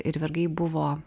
ir vergai buvo